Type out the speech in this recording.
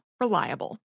Reliable